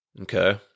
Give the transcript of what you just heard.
Okay